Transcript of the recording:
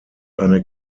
eine